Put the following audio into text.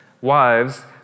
Wives